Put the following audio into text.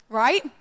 right